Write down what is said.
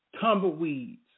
Tumbleweeds